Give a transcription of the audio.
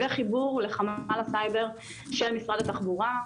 וחיבור לחמ"ל הסייבר של משרד התחבורה,